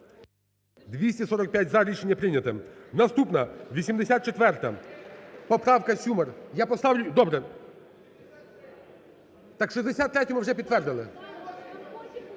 За-245 Рішення прийнято. Наступна, 84-а. Поправка Сюмар. Я поставлю… Добре. Так 63-ю ми вже підтвердили.